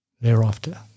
thereafter